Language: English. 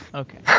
okay.